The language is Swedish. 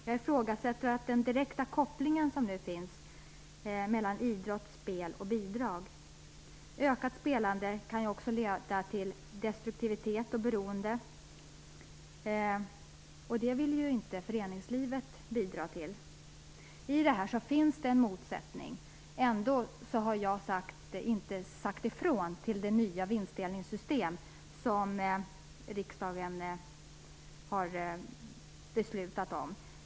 Jag ifrågasätter den direkta kopplingen som nu finns mellan idrott, spel och bidrag. Ökat spelande kan också leda till destruktivitet och beroende. Det vill inte föreningslivet bidra till. I detta finns alltså en motsättning. Ändå har jag inte sagt ifrån till det nya vinstdelningssystem som riksdagen beslutat om.